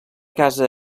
casa